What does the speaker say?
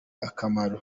akamaro